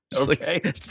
Okay